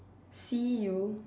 see you